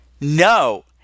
No